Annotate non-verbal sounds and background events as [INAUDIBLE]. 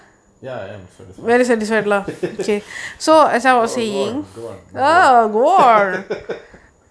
ya I'm satisfied [LAUGHS] go gone gone about [LAUGHS]